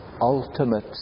ultimate